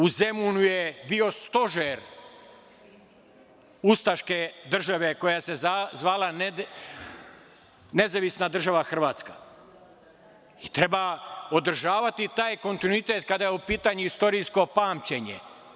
U Zemunu je bio stožer ustaške države koja se zvala Nezavisna Država Hrvatska i treba održavati taj kontinuitet kada je u pitanju istorijsko pamćenje.